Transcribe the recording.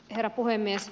herra puhemies